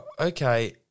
okay